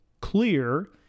clear